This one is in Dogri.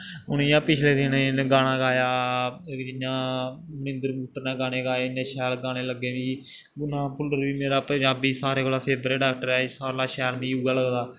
हून इ'यां पिछले दिनें गाना गाया जियां मिंदर गुप्ते ने गाने गाए इन्ने शैल गाने लग्गे मिगी गुरनाम भुल्लर बी मेरा पंजाबी सारें कोला फेवरट ऐक्टर ऐ एह् सारें कोला शैल मिगी उऐ लगदा